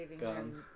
guns